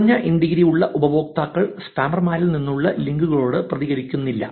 കുറഞ്ഞ in degree ഉള്ള ഉപയോക്താക്കൾ സ്പാമർമാരിൽ നിന്നുള്ള ലിങ്കുകളോട് പ്രതികരിക്കുന്നില്ല